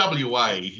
WA